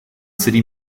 city